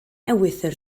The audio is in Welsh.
ewythr